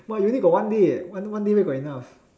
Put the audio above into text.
!wah! you only got one day eh one day where got enough